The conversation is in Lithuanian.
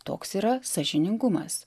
toks yra sąžiningumas